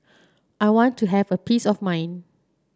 I want to have a peace of mind